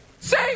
Say